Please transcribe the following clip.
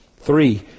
Three